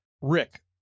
Rick